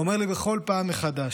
הוא אומר לי בכל פעם מחדש,